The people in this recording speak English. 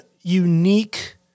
unique